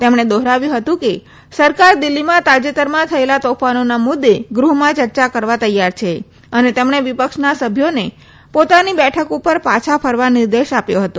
તેમણે દોહરાવ્યું હતું કે સરકાર દિલ્હીમાં તાજેતરમાં થયેલા તોફાનોના મુદ્દે ગૃહમાં ચર્ચા કરવા તૈયાર છે અને તેમણે વિપક્ષના સભ્યોને પોતાની બેઠક ઉપર પાછા ફરવા નિર્દેશ આપ્યો હતો